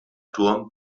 turm